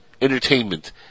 entertainment